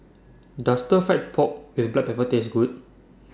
Does Stir Fry Pork with Black Pepper Taste Good